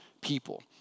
people